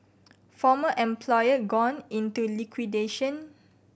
former employer gone into liquidation